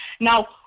Now